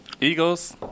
Eagles